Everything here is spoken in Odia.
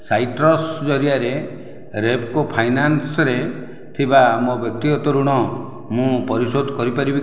ସାଇଟ୍ରସ୍ ଜରିଆରେ ରେପ୍କୋ ଫାଇନାନ୍ସରେ ଥିବା ମୋ ବ୍ୟକ୍ତିଗତ ଋଣ ମୁଁ ପରିଶୋଧ କରିପାରିବି କି